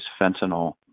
fentanyl